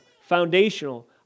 foundational